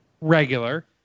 regular